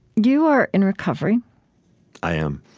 you are in recovery i am.